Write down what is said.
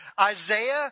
Isaiah